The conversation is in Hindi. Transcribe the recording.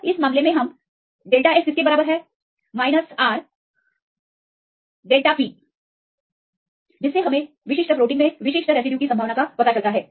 तो इस मामले में आप डेल्टा S को ऋणात्मक R के बराबर डेल्टा P में देख सकते हैं जो कि विशिष्ट संचलन में एक विशिष्ट रोटामर में अवशेषों की संभावना है